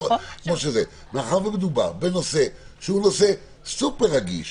מאחר שמדובר בנושא סופר רגיש,